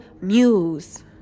muse